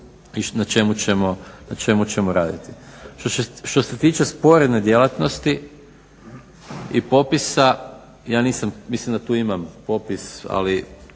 i na čemu ćemo raditi. Što se tiče sporedne djelatnosti i popisa, mislim da tu imam popis ali